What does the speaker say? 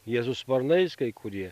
jie su sparnais kai kurie